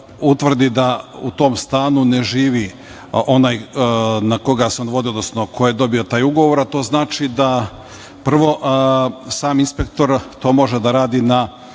utvrdi da u tom stanu ne živi onaj na koga se on vodi, odnosno ko je dobio taj ugovor. To znači da, prvo, sam inspektor to može da radi na